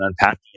unpacking